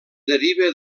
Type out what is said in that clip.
deriva